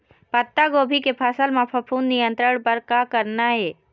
पत्तागोभी के फसल म फफूंद नियंत्रण बर का करना ये?